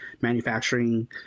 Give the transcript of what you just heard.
manufacturing